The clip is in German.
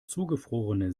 zugefrorene